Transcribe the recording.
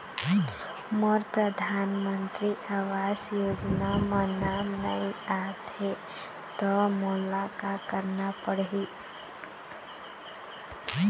मोर परधानमंतरी आवास योजना म नाम नई आत हे त मोला का करना पड़ही?